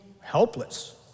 helpless